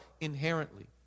inherently